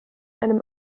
einem